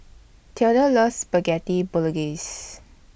Theda loves Spaghetti Bolognese